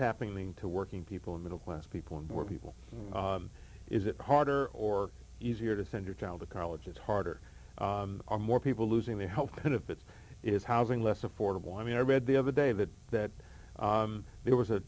happening to working people in middle class people and more people is it harder or easier to send your child to college it's harder are more people losing their health benefits is housing less affordable i mean i read the other day that that there was